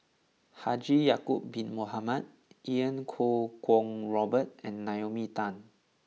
Haji Ya'Acob bin Mohamed Iau Kuo Kwong Robert and Naomi Tan